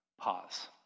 pause